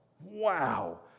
Wow